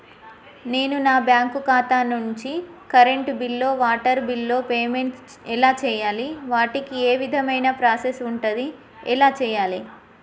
నేను నా బ్యాంకు ఖాతా నుంచి కరెంట్ బిల్లో వాటర్ బిల్లో పేమెంట్ ఎలా చేయాలి? వాటికి ఏ విధమైన ప్రాసెస్ ఉంటది? ఎలా చేయాలే?